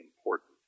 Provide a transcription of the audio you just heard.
important